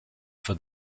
for